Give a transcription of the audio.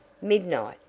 midnight!